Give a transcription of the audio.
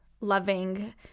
loving